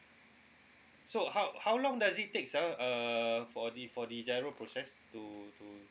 so how how long does it takes ah err for the for the GIRO process to to